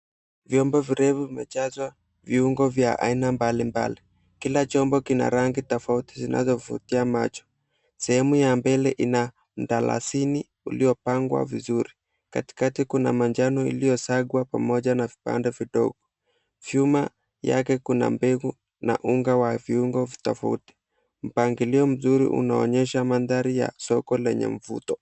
Vyombo virefu vimejazwa viungo vya aina mbalimbali. Kila chombo kina rangi tofauti zinazovutia macho. Sehemu ya mbele ina mdalasini uliopangwa vizuri, katikati kuna manjano iliyosagwa pamoja na vipande vidogo. Vyuma yake kuna mbegu na unga wa viungo tofauti. Mpangilio mzuri unaonyesha mandhari ya soko lenye mvuto.